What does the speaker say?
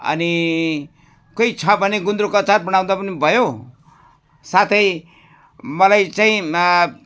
अनि कोही छ भने गुन्द्रुकको अचार बनाउँदा पनि भयो साथै मलाई चाहिँ